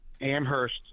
Amherst